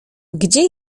gdzie